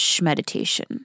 meditation